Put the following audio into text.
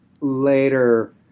later